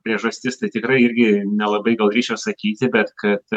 priežastis tai tikrai irgi nelabai gal drįsčiau sakyti bet kad